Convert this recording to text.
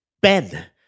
Ben